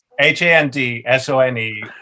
h-a-n-d-s-o-n-e